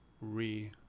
re